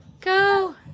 go